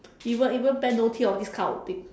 even even Ben don't think of this kind of thing